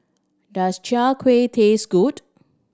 does Chai Kuih taste good